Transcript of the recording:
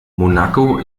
monaco